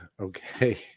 Okay